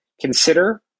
consider